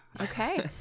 okay